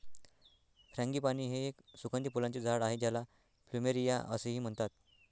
frangipani हे एक सुगंधी फुलांचे झाड आहे ज्याला प्लुमेरिया असेही म्हणतात